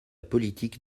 politique